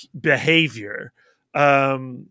behavior